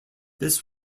this